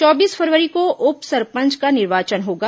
चौबीस फरवरी को उप सरपंच का निर्वाचन होगा